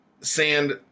sand